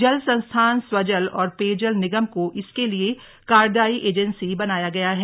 जल संस्थान स्वजल और पेयजल निगम को इसके लिए कार्यदायी एजेंसी बनाया गया है